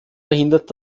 verhindert